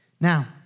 Now